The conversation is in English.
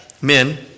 men